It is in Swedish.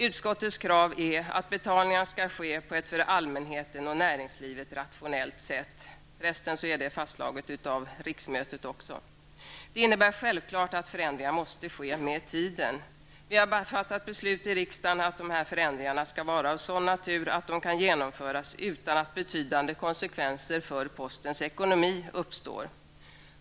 Utskottets krav är att betalningarna skall ske på ett för allmänheten och näringslivet rationellt sätt. Detta har förresten fastslagits av riksmötet. Det innebär självklart att förändringar måste ske med tiden. Vi har fattat beslut i riksdagen att dessa förändringar skall vara av sådan natur att de kan genomföras utan att betydande konsekvenser för postens ekonomi uppstår.